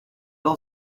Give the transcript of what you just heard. all